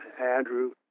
Andrew